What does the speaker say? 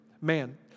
Man